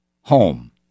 home